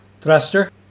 Thruster